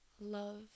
love